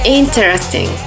interesting